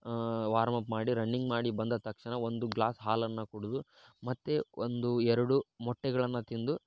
warm up ಮಾಡಿ running ಮಾಡಿ ಬಂದ ತಕ್ಷಣ ಒಂದು ಗ್ಲಾಸ್ ಹಾಲನ್ನು ಕುಡಿದು ಮತ್ತು ಒಂದು ಎರಡು ಮೊಟ್ಟೆಗಳನ್ನು ತಿಂದು